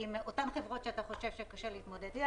עם אותן חברות שאתה חושב שקשה להתמודד איתן.